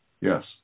Yes